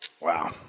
Wow